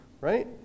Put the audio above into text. right